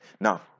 now